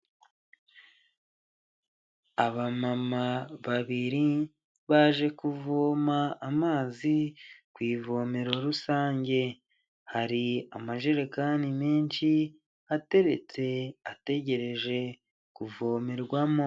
Abamama babiri baje kuvoma amazi ku ivomero rusange hari amajerekani menshi ateretse ategereje kuvomerwamo.